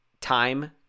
time